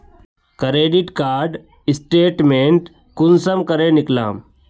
Credit card statement कुंसम करे निकलाम?